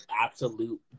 absolute